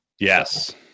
Yes